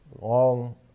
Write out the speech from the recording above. long